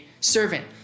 servant